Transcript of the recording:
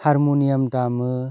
harmonium दामो